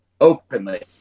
openly